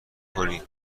کنی